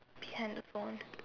behind the phone